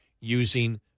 using